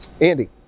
Andy